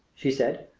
she said,